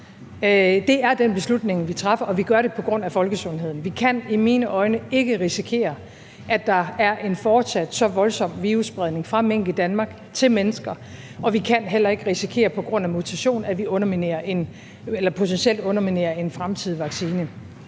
Det er den beslutning, vi træffer, og vi gør det på grund af folkesundheden. Vi kan i mine øjne ikke risikere, at der fortsat er så voldsom en virusspredning i Danmark fra mink til mennesker, og vi kan heller ikke risikere på grund af mutation, at vi potentielt underminerer en fremtidig vaccine.